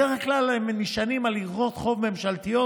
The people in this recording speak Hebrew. בדרך כלל הם נשענים על אגרות חוב ממשלתיות